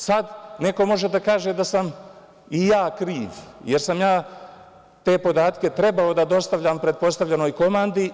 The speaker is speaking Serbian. Sad, neko može da kaže da sam i ja kriv, jer sam ja te podatke trebao da dostavljam pretpostavljenoj komandi.